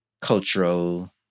cultural